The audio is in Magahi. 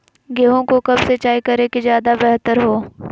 गेंहू को कब सिंचाई करे कि ज्यादा व्यहतर हो?